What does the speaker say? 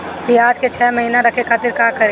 प्याज के छह महीना रखे खातिर का करी?